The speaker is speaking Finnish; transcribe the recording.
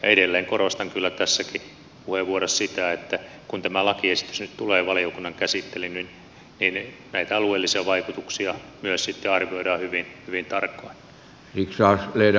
edelleen korostan kyllä tässäkin puheenvuorossa sitä että kun tämä lakiesitys nyt tulee valiokunnan käsittelyyn niin näitä alueellisia vaikutuksia myös sitten arvioidaan hyvin tarkoin